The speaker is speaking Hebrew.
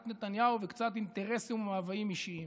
נתניהו וקצת אינטרסים ומאוויים אישיים.